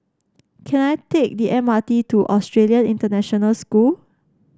can I take the M R T to Australian International School